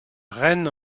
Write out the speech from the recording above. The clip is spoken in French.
reine